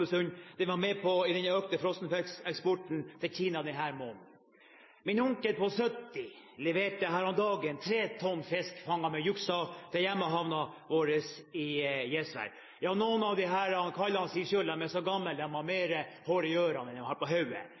var med på å øke frossenfiskeksporten til Kina denne måneden. Min onkel på 70 år leverte her om dagen 3 tonn fisk fanget med jukse til hjemmehavnen vår i Gjesvær, ja, noen av disse kallene sier selv de er så gamle at de har mer hår i ørene enn de har på